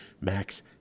Max